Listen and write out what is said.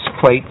plate